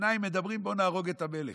שניים מדברים: בוא נהרוג את המלך.